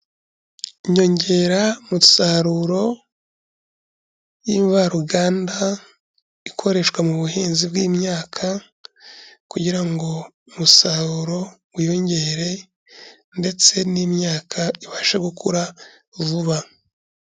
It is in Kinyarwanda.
Inyongeramusaruro y'imvaruganda ikoreshwa mu buhinzi bw'imyaka kugira ngo umusaruro wiyongere ndetse n'imyaka ibashe gukura vuba.